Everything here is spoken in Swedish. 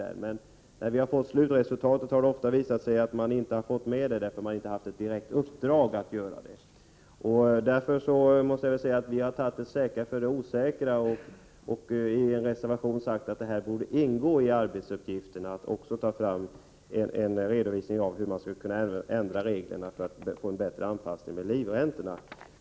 När vi sedan har fått slutresultatet har det ofta visat sig att man inte har fått med det, eftersom man inte har haft ett direkt uppdrag att titta på det. Vi har därför tagit det säkra före det osäkra och i en reservation sagt att det borde ingå i arbetsuppgifterna att också ta fram redovisning av hur man skulle kunna ändra reglerna för att få en bättre anpassning till livräntorna.